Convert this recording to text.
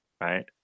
right